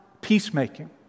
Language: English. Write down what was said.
peacemaking